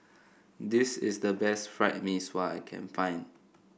this is the best Fried Mee Sua I can find